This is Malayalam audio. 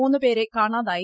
മൂന്ന് പേരെ കാണാതായി